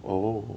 oh